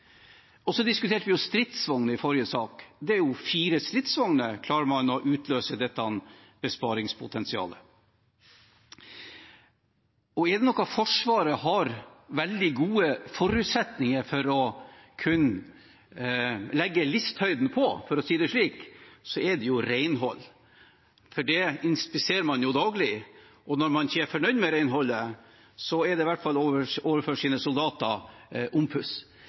det jo fire stridsvogner. Er det noe sted Forsvaret har veldig gode forutsetninger for å kunne legge lista høyt – for å si det slik – er det på renhold, for det inspiserer man daglig. Når man ikke er fornøyd med renholdet, blir det i hvert fall